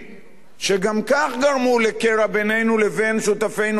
שגם כך גרמו לקרע בינינו לבין שותפינו החרדים